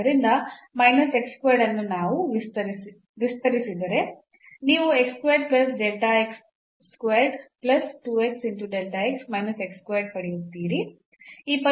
ಆದ್ದರಿಂದ ಅನ್ನು ನಾನು ವಿಸ್ತರಿಸಿದರೆ ನೀವು ಪಡೆಯುತ್ತೀರಿ